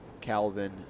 calvin